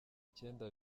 icyenda